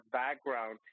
background